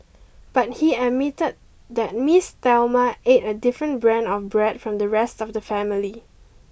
but he admitted that Miss Thelma ate a different brand of bread from the rest of the family